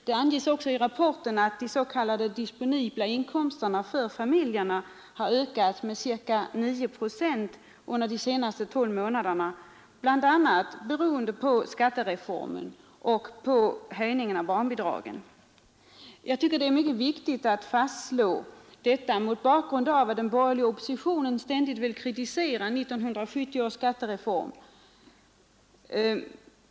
Det anges också i rapporten att de s.k. disponibla inkomsterna för familjerna ökats med ca 9 procent under senaste 12 månader, bl.a. beroende på skattereformen och på höjning av barnbidragen. Det är mycket viktigt att fastslå detta mot bakgrunden av att den borgerliga oppositionen ständigt vill kritisera 1970 års skattereform.